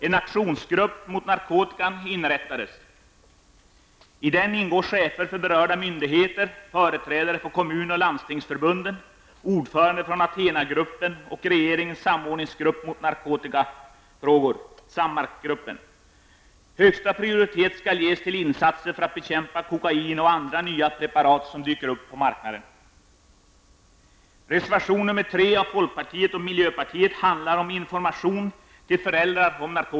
En aktionsgrupp mot narkotikan inrättades. I den ingår chefer för berörda myndigheter, företrädare för kommun och landstingförbunden, ordföranden från Athenagruppen och regeringens samordningsgrupp för narkotikafrågor, SAMNARK-gruppen. Högsta prioritet skall ges till insatser för bekämpande av kokain och andra nya preparat som dyker upp på marknaden.